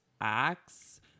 acts